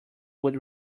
would